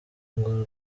ngo